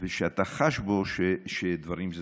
שאתה חש בו שדברים זזים.